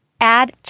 add